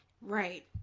Right